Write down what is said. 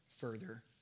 further